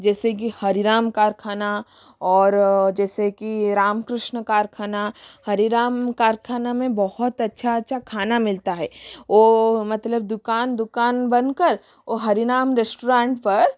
जैसे कि हरिराम कारखाना और जैसे कि राम कृष्ण कारखाना हरिराम कारखाना में बहुत अच्छा अच्छा खाना मिलता है ओ मतलब दुकान दुकान बंद कर और हरिनाम रेष्टुराँत पर